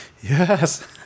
yes